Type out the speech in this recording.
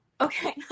okay